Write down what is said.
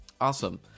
Awesome